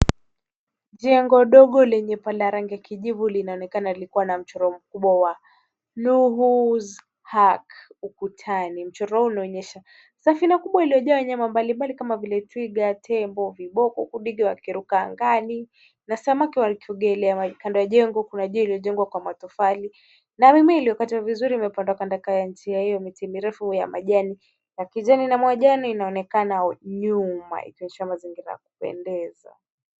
Jengo dogo lenye paa la rangi ya kijivu linaonekana likiwa na mchoro mkubwa wa Noah's Ark, ukutani. Mchoro huu unaonyesha safina kubwa iliyojaa wanyama mbalimbali kama vile twiga, tembo, viboko, huku ndege wakiruka angani na samaki wakiogelea majini. Kando ya jengo kuna jiwe lililojengwa kwa matofali, na ua uliokatwa vizuri imepandwa kandokando ya njia hio. Miti mirefu ya majani ya kijani na majani inaonekana nyuma, ikionyesha mazingira ya kupendeza.